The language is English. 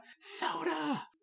Soda